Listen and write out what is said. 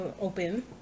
open